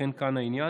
לכן כאן העניין.